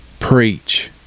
preach